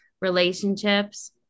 relationships